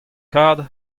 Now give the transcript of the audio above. kard